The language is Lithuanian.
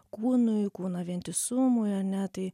kūnui kūno vientisumui ane tai